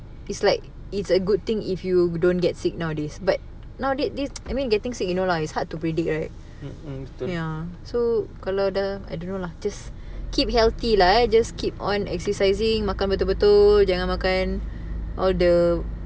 mm mm